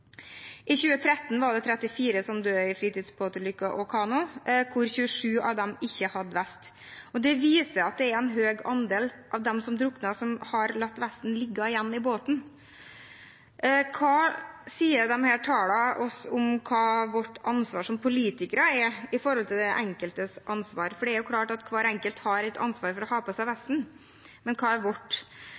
I 2013 var det 34 som døde i fritidsbåtulykker og kano, og 27 av dem hadde ikke vest. Det viser at det er en høy andel av dem som drukner, som har latt vesten ligge igjen i båten. Hva sier disse tallene oss om hva vårt ansvar som politikere er, med hensyn til den enkeltes ansvar? Det er klart at hver enkelt har et ansvar for å ha på seg vesten, men hva er vårt